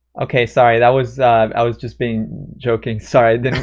okay, sorry, that was i was just being joking. sorry,